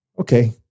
okay